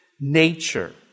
nature